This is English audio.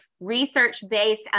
research-based